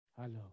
Hello